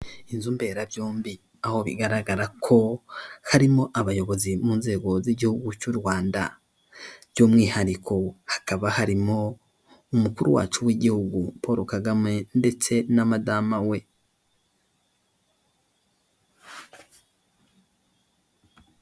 Inzu mberabyombi, aho bigaragara ko harimo abayobozi mu nzego z'igihugu cy'u Rwanda. By'umwihariko hakaba harimo umukuru wacu w'igihugu Paul Kagame ndetse na madama we.